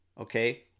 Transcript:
okay